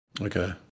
Okay